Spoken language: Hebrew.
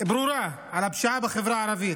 על הפשיעה בחברה הערבית.